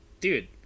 dude